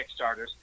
Kickstarters